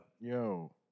Yo